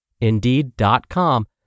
Indeed.com